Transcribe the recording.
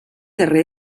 darrer